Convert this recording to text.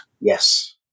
Yes